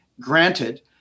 granted